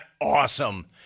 awesome